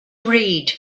read